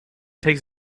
takes